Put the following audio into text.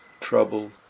trouble